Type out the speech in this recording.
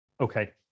Okay